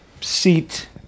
seat